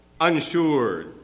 unsure